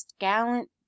gallant